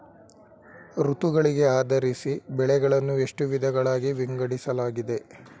ಋತುಗಳಿಗೆ ಆಧರಿಸಿ ಬೆಳೆಗಳನ್ನು ಎಷ್ಟು ವಿಧಗಳಾಗಿ ವಿಂಗಡಿಸಲಾಗಿದೆ?